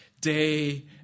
day